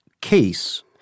case –